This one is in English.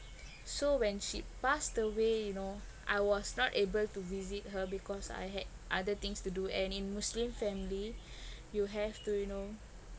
so when she passed away you know I was not able to visit her because I had other things to do and in muslim family you have to you know